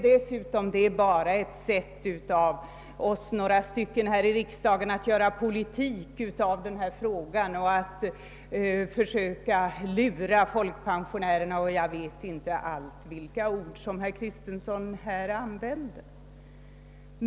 Dessutom påstår han att några av oss i riksdagen bara försöker göra politik av frågan och lura folkpensionärerna — jag vet inte allt vad herr Kristenson här sade.